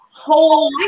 Whole